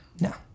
No